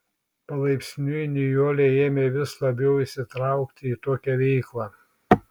palaipsniui nijolė ėmė vis labiau įsitraukti į tokią veiklą